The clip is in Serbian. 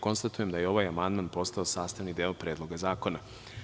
Konstatujem da je ovaj amandman postao sastavni deo Predloga zakona.